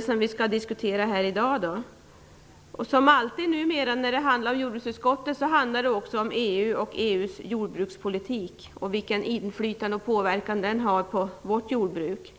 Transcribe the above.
som vi skall diskutera här i dag. Liksom alltid numera när det gäller jordbruksutskottet så handlar det också om EU och EU:s jordbrukspolitik och om vilket inflytande och vilken påverkan den har på vårt jordbruk.